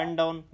down